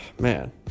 man